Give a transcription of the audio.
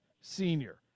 senior